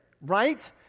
right